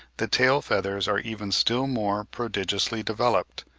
the tail-feathers are even still more prodigiously developed.